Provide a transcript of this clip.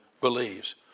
believes